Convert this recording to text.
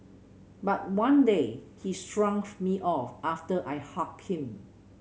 but one day he shrugged me off after I hugged him